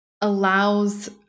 allows